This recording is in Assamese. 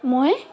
মই